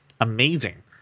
amazing